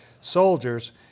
soldiers